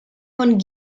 von